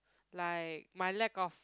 like my lack of